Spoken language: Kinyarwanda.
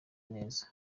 neza